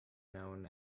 known